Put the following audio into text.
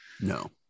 No